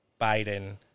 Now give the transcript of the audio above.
Biden